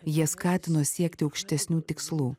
jie skatino siekti aukštesnių tikslų